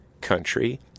Country